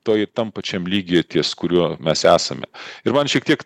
toj tam pačiam lygyje ties kuriuo mes esame ir man šiek tiek